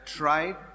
tried